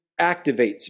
activates